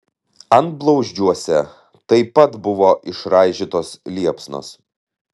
antblauzdžiuose taip pat buvo išraižytos liepsnos